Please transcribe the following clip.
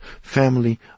family